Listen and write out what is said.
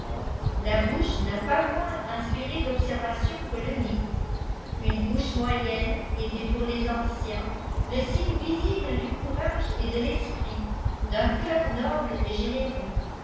la bouche n'a pas moins inspiré d observaiions que le nez une bouche moyenne était pour les anciens le signe visible du courage et de tesprit d'un cœur noble et généreux